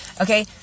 Okay